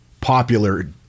popular